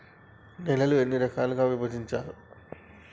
నేలలను ఎన్ని రకాలుగా విభజించారు?